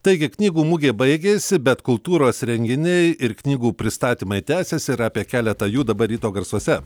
taigi knygų mugė baigėsi bet kultūros renginiai ir knygų pristatymai tęsiasi ir apie keletą jų dabar ryto garsuose